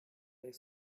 there